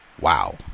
wow